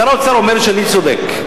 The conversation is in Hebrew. שר האוצר אומר שאני צודק.